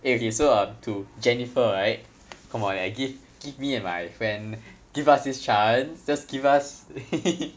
okay okay so err to jennifer right come on eh give give me and my friend give us this chance just give us